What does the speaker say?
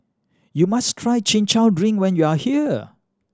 you must try Chin Chow drink when you are here